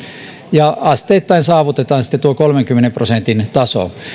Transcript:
ja asteittain saavutetaan sitten tuo kolmenkymmenen prosentin taso